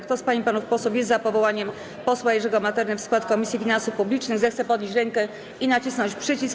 Kto z pań i panów posłów jest za powołaniem posła Jerzego Materny w skład Komisji Finansów Publicznych, zechce podnieść rękę i nacisnąć przycisk.